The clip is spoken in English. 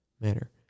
manner